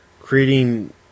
creating